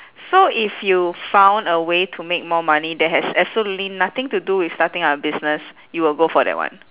so if you found a way to make more money that has absolutely nothing to do with starting up a business you will go for that one